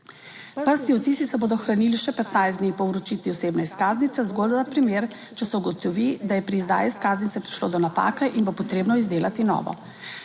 Prstni odtisi se bodo ohranili še 15 dni po vročitvi osebne izkaznice, zgolj za primer, če se ugotovi, da je pri izdaji izkaznice prišlo do napake in bo potrebno izdelati novo.